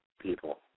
people